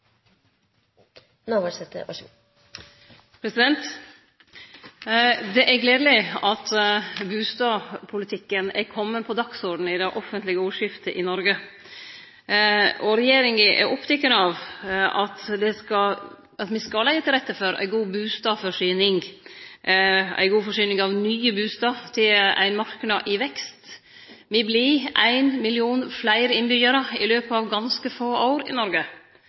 at bustadpolitikken er komen på dagsordenen i det offentlege ordskiftet i Noreg. Regjeringa er oppteken av å leggje til rette for ei god bustadforsyning – ei god forsyning av nye bustader til ein marknad i vekst. I Noreg vert me 1 million fleire innbyggjarar i løpet av ganske få år. Då er det viktig å ha ei regjering som har ein overordna politikk for at den veksten ikkje berre skal kome i